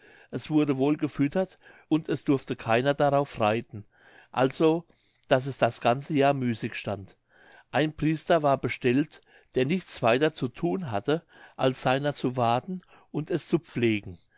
es wurde wohl gefüttert und es durfte keiner darauf reiten also daß es das ganze jahr müßig stand ein priester war bestellt der nichts weiter zu thun hatte als seiner zu warten und es zu pflegen